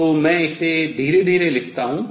तो मैं इसे धीरे धीरे लिखता हूँ